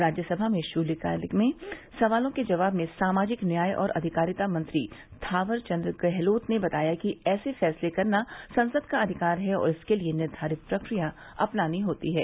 राज्यसभा में शून्यकाल में सवालों के जवाब में सामाजिक न्याय और अधिकारिता मंत्री थावरचंद गहलोत ने बताया कि ऐसे फैसले करना संसद का अधिकार है और इसके लिए निर्धारित प्रक्रिया अपनानी होती है